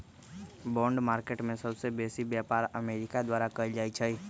bond market में सबसे बेसी व्यापार अमेरिका द्वारा कएल जाइ छइ